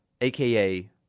aka